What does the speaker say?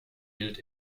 gilt